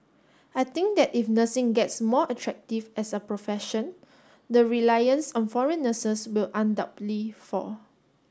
I think that if nursing gets more attractive as a profession the reliance on foreign nurses will undoubtedly fall